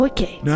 Okay